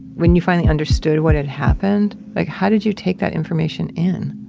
when you finally understood what had happened, like how did you take that information in?